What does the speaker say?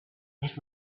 that